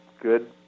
good